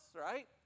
right